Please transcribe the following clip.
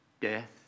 death